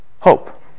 hope